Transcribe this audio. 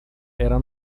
era